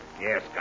Yes